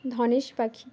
ধনেশ পাখি